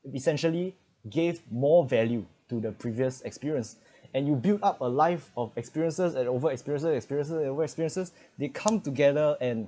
essentially gave more value to the previous experience and you build up a life of experiences and over experiences experiences over experiences they come together and